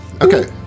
Okay